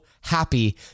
happy